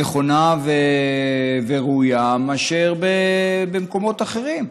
נכונה וראויה מאשר במקומות אחרים.